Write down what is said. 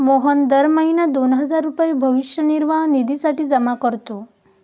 मोहन दर महीना दोन हजार रुपये भविष्य निर्वाह निधीसाठी जमा करतो